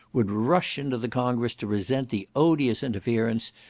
would rush into the congress to resent the odious interference,